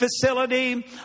facility